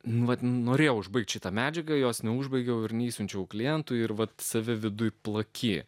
nu vat norėjau užbaigti šitą medžiagą jos neužbaigiau ir neišsiunčiau klientui ir vat savi viduj plaki